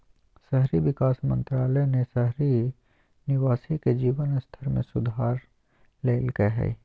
शहरी विकास मंत्रालय ने शहरी निवासी के जीवन स्तर में सुधार लैल्कय हइ